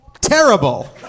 Terrible